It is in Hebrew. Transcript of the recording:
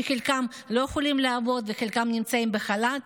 שחלקם לא יכולים לעבוד וחלקם נמצאים בחל"ת,